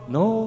no